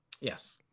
Yes